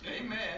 Amen